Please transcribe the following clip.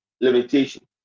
limitation